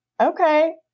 okay